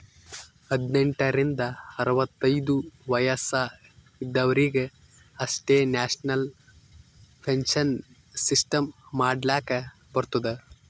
ಹದ್ನೆಂಟ್ ರಿಂದ ಅರವತ್ತೈದು ವಯಸ್ಸ ಇದವರಿಗ್ ಅಷ್ಟೇ ನ್ಯಾಷನಲ್ ಪೆನ್ಶನ್ ಸಿಸ್ಟಮ್ ಮಾಡ್ಲಾಕ್ ಬರ್ತುದ